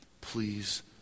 Please